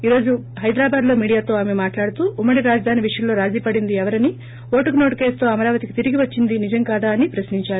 ఈ రోజు హైదరాబాద్ లో మీడియా తో ఆమె మాట్లాడుతూ ఉమ్మ డి రాజధాని విషయంలో రాజీపడింది ఎవరనీ ఓటుకు నోటు కేసుతో అమరావతికి తిరిగి వచ్చింది నిజం కాదా అని ప్రశ్నించారు